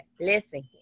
listen